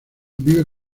vive